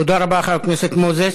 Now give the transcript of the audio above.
תודה רבה, חבר הכנסת מוזס.